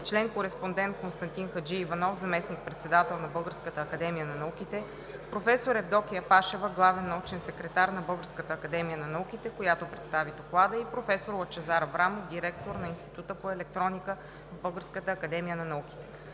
член-кореспондент Константин Хаджииванов – заместник-председател на Българската академия на науките, професор Евдокия Пашева – главен научен секретар на Българската академия на науките, която представи Доклада, и професор Лъчезар Аврамов – директор на Института по електроника в Българската академия на науките.